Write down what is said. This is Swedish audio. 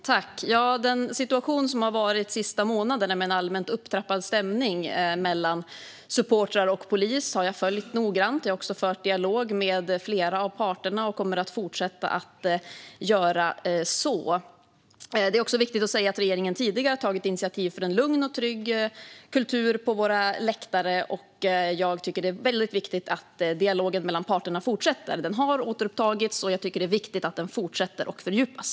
Fru talman! Den situation som har varit de senaste månaderna, med en allmänt upptrappad stämning mellan supportrar och polis, har jag följt noggrant. Jag har också fört dialog med flera av parterna och kommer att fortsätta att göra så. Det är också viktigt att säga att regeringen tidigare har tagit initiativ för en lugn och trygg kultur på våra läktare. Jag tycker att det är väldigt viktigt att dialogen mellan parterna fortsätter. Den har återupptagits, och jag tycker att det är viktigt att den fortsätter och fördjupas.